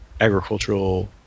agricultural